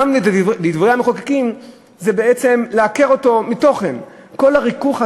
כל הריכוך הזה,